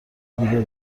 دیگه